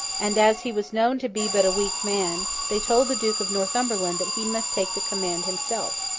and as he was known to be but a weak man, they told the duke of northumberland that he must take the command himself.